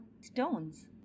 stones